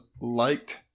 liked